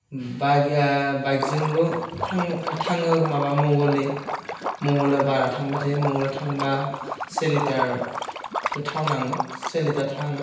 bike बाइकजोंबो थां थाङो माबा मंगलदै मंगलदैयाव भारा थांबाय थायो मंगलदैयाव थांबा सेलिटारसो थाव नाङो सेलिटार थाङा